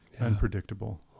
unpredictable